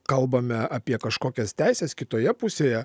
kalbame apie kažkokias teises kitoje pusėje